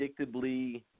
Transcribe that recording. predictably